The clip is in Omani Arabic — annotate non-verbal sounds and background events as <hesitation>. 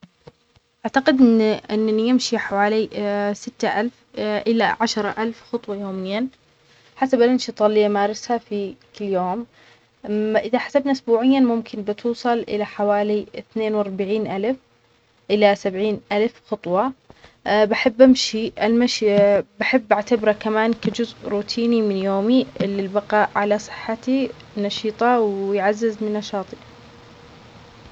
أعتقد أن-أنى أمشى حوالي <hesitation> ستة ألف إلى عشرة ألف خطوة يوميا، حسب الأنشطة اللى أمارسها في كل يوم، إذا حسبنا أسبوعيا ممكن بتوصل إلى حوالي أثنين وأربعين ألف إلى سبعين ألف خطوة، <hesitation> بحب أمشى، المشى بحب أعتبره كمان كجزء روتينى من يومي للبقاء على صحتى نشيطة ويعززمن نشاطى.